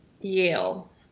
Yale